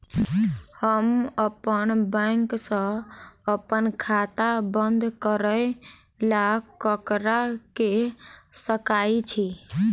हम अप्पन बैंक सऽ अप्पन खाता बंद करै ला ककरा केह सकाई छी?